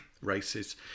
races